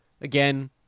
Again